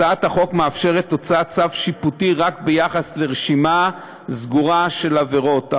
הצעת החוק מאפשרת הוצאת צו שיפוטי רק ביחס לרשימה סגורה של עבירות,